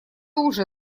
уже